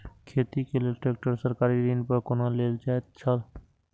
खेती के लेल ट्रेक्टर सरकारी ऋण पर कोना लेल जायत छल?